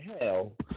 hell